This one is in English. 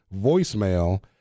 voicemail